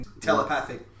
telepathic